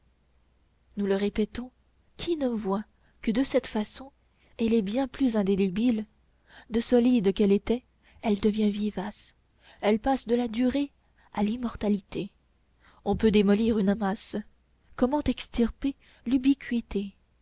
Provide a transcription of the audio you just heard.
nous le répétons qui ne voit que de cette façon elle est bien plus indélébile de solide qu'elle était elle devient vivace elle passe de la durée à l'immortalité on peut démolir une masse comment extirper